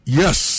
yes